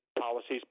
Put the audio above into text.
policies